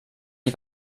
die